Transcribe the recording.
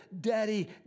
Daddy